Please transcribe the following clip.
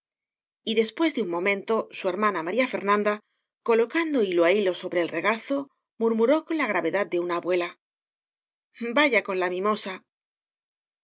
mía y después de un momento su hermana maría fernanda colocando hilo á hilo sobre el regazo murmuró con la gravedad de una abuela vaya con la mimosa